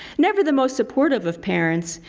never the most supportive of parents,